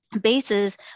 bases